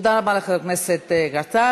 תודה רבה לחבר הכנסת גטאס,